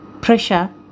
pressure